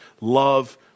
love